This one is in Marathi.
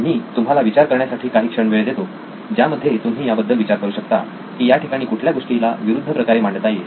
मी तुम्हाला विचार करण्यासाठी काही क्षण वेळ देतो ज्यामध्ये तुम्ही याबद्दल विचार करू शकता की याठिकाणी कुठल्या गोष्टीला विरुद्ध प्रकारे मांडता येईल